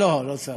לא, לא צריך,